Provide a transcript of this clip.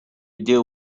deal